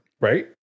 Right